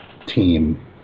team